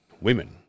women